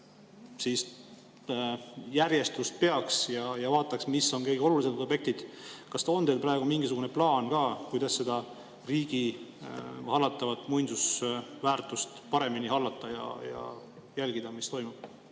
seda järge peaks ja vaataks, mis on kõige olulisemad objektid. Kas on teil praegu mingisugune plaan, kuidas seda riigi hallatavat muinsusväärtust paremini hallata ja jälgida, mis toimub?